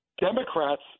Democrats